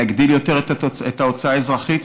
להגדיל יותר את ההוצאה האזרחית,